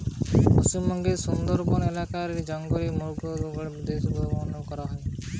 পশ্চিমবঙ্গের সুন্দরবন এলাকা রে জংলি মধু জগাড়ি দের মউলি বা মউয়াল কয়া হয়